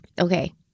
okay